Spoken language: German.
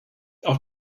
auf